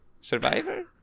Survivor